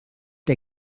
der